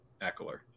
Eckler